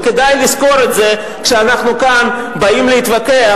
כדאי לזכור את זה כשאנחנו כאן באים להתווכח